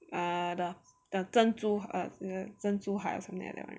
err the 珍珠 err 珍珠海 or something like that [one]